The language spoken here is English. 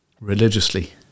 Religiously